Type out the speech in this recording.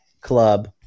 club